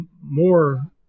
more